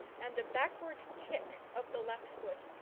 and a backward kick of the left foot,